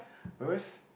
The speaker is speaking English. whereas